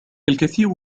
الكثير